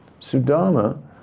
Sudama